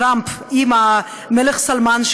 טראמפ עם המלך סלמאן,